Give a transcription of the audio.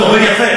זה עובד יפה.